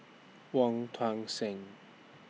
Wong Tuang Seng